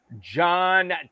John